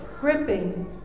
gripping